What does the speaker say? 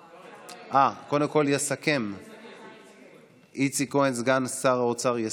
אה, קודם כול יסכם איציק כהן, סגן שר האוצר.